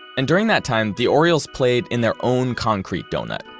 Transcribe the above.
and during that time, the orioles played in their own concrete donut,